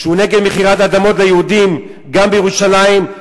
הוא נגד מכירת אדמות ליהודים גם בירושלים.